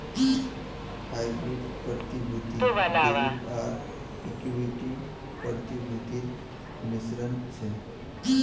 hybrid प्रतिभूति debit आर equity प्रतिभूतिर मिश्रण छ